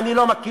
אני לא מכיר,